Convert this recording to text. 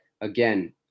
again